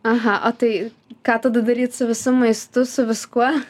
aha o tai ką tada daryt su visu maistu su viskuo